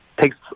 takes